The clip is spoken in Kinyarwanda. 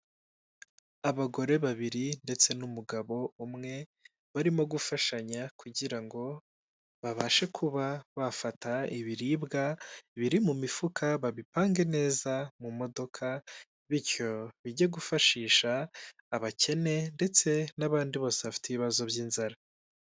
Abagore babiri ndetse n'umugabo umwe barimo gufashanya kugira ngo babashe kuba bafata ibiribwa biri mu mifuka babipange neza mu modoka bityo bijye gufashisha abakene ndetse n'abandi bose bafite ibibazo by'inzara.